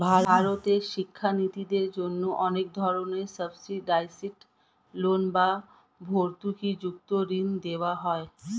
ভারতে শিক্ষার্থীদের জন্য অনেক ধরনের সাবসিডাইসড লোন বা ভর্তুকিযুক্ত ঋণ দেওয়া হয়